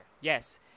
Yes